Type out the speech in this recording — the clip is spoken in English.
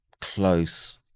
close